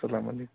اَسلام علیکُم